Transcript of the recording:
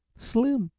slim!